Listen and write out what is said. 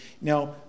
Now